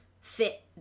fit